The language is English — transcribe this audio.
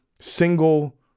single